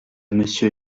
monsieur